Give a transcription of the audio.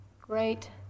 great